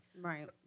Right